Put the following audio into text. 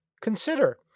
Consider